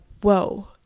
whoa